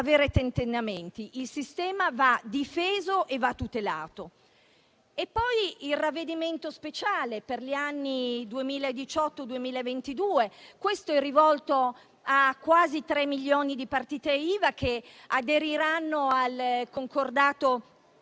avere tentennamenti. Il sistema va difeso e tutelato. Vorrei soffermarmi poi sul ravvedimento speciale per gli anni 2018-2022, rivolto a quasi 3 milioni di partite IVA che aderiranno al concordato